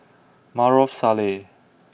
Maarof Salleh